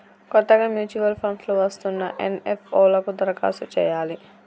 కొత్తగా mutual funds లో వస్తున్న ఎన్.ఎఫ్.ఓ లకు దరఖాస్తు చేయాలి